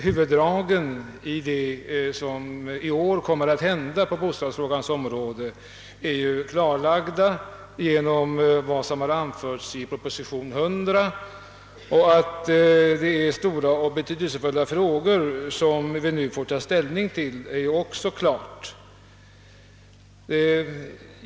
Huvuddragen i vad som i år kommer att ske på bostadspolitikens område har emellertid klarlagts i och med proposition nr 100, och att det är stora och betydelsefulla frågor som vi nu får ta ställning till står också klart.